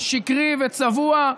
שקרי וצבוע.